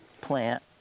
plant